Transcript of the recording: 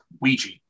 Ouija